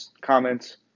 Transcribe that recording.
comments